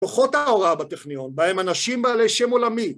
ההוראה בטכניון, בהם אנשים בעלי שם עולמי.